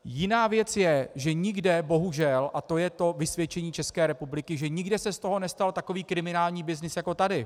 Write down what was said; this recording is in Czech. Jiná věc je, že nikde bohužel, a to je vysvědčení České republiky, se z toho nestal takový kriminální byznys jako tady.